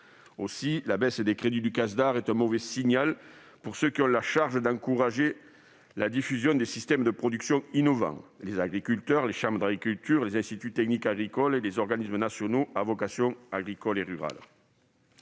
Aussi la baisse des crédits du Casdar est-elle un mauvais signal pour ceux qui ont la charge d'encourager la diffusion des systèmes de production innovants, à savoir les agriculteurs, les chambres d'agriculture, les instituts techniques agricoles et les organismes nationaux à vocation agricole et rurale.